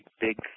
big